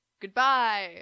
goodbye